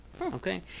Okay